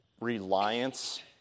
reliance